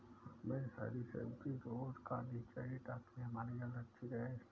हमे हरी सब्जी रोज़ खानी चाहिए ताकि हमारी हेल्थ अच्छी रहे